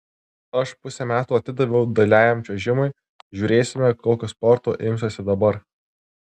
aš pusę metų atidaviau dailiajam čiuožimui žiūrėsime kokio sporto imsiuosi dabar